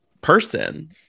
person